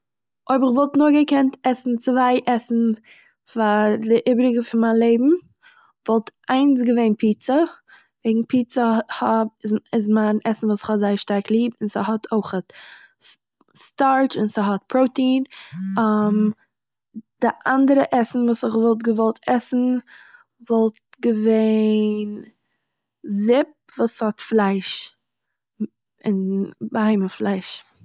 אויב איך וואלט נאר געקענט עסן צוויי עסן פאר די איבריגע פון מיין לעבן, וואלט איינס געווען פיצא וועגן פיצא האט- איז מיין עסן וואס איך האב זייער שטארק ליב, און ס'האט אויכ'עט סטארטש און ס'האט פראטאין, די אנדערע עסן וואס איך וואלט געוואלט עסן וואלט געווען זופ וואס האט פלייש, בהמה פלייש